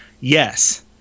yes